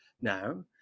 now